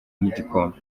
n’igikombe